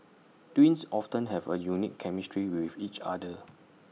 twins often have A unique chemistry with each other